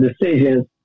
decisions